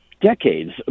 decades